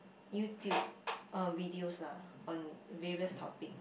YouTube uh videos lah on various topic